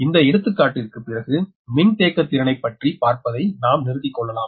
இந்த எடுத்துக்காட்டிற்கு பிறகு மின்தேக்கத்திறனைப்பற்றி பார்ப்பதை நாம் நிறுத்திக்கொள்ளலாம்